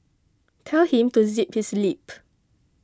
tell him to zip his lip